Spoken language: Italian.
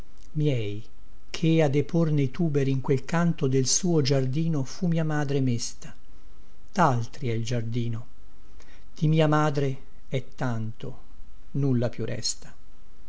miei ché a deporne i tuberi in quel canto del suo giardino fu mia madre mesta daltri è il giardino di mia madre è tanto nulla piú resta